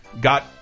got